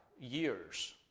years